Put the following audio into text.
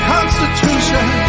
Constitution